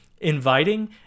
inviting